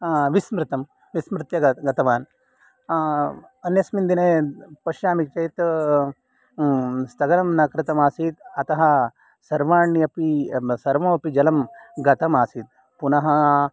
विस्मृतं विस्मृत्य गतवान् अन्यस्मिन् दिने पश्यामि चेत् स्थगनं न कृतम् आसीत् अतः सर्वाण्यपि सर्वमपि जलं गतम् आसीत् पुनः